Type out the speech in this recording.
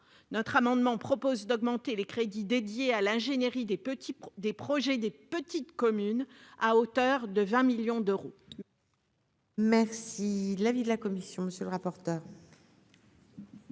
notre amendement propose d'augmenter les crédits dédiée à l'ingénierie des petits, des projets, des petites communes à hauteur de 20 millions d'euros.